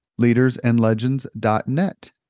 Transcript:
leadersandlegends.net